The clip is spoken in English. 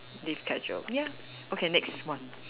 live casual ya okay next one